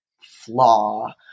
flaw